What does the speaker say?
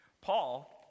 Paul